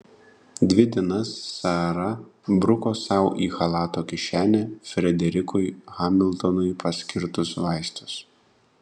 dvi dienas sara bruko sau į chalato kišenę frederikui hamiltonui paskirtus vaistus